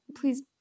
Please